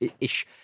ish